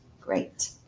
great